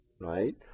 right